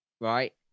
right